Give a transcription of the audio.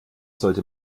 sollte